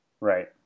Right